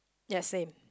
yes same